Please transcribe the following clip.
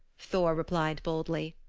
thor replied boldly.